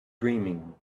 dreaming